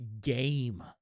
game